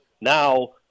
Now